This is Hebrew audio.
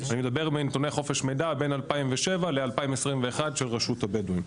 אני מדבר מנתוני חופש מידע בין 2007 ל-2021 של רשות הבדואים.